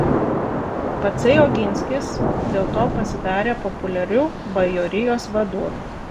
patsai oginskis dėl to pasidarė populiariu bajorijos vadu